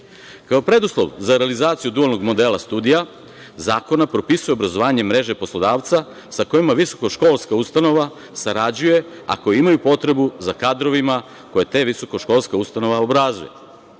preduslov za realizaciju dualnog modela studija zakon propisuje obrazovanje mreže poslodavca sa kojima visokoškolska ustanova sarađuje, a koji imaju potrebu za kadrovima koje ta visokoškolska ustanova obrazuje. Visoka